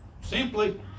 simply